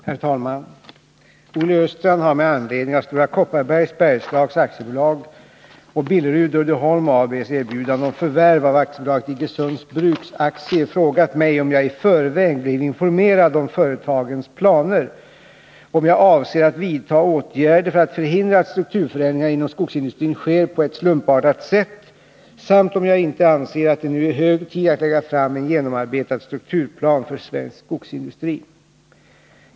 Herr talman! Olle Östrand har med anledning av Stora Kopparbergs Bergslags AB:s och Billerud Uddeholm AB:s erbjudande om förvärv av AB Iggesunds Bruks aktier frågat mig om jag i förväg blev informerad om företagens planer, om jag avser att vidta åtgärder för att förhindra att strukturförändringar inom skogsindustrin sker på ett slumpartat sätt samt om jag inte anser att det nu är hög tid att lägga fram en genomarbetad strukturplan för svensk skogsindustri.